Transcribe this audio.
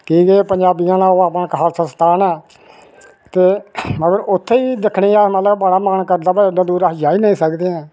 कि के पजांबी दे जेहड़ा अपना खालसस्थान ऐ उसी बी दिक्खने दा मन करदा पर उत्थै अस जाई नेईं सकदे आं